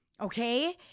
okay